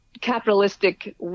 capitalistic